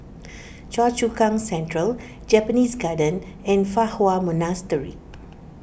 Choa Chu Kang Central Japanese Garden and Fa Hua Monastery